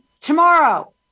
tomorrow